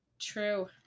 True